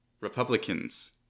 Republicans